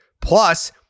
Plus